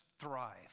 thrive